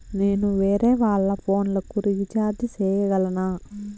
నేను వేరేవాళ్ల ఫోను లకు రీచార్జి సేయగలనా?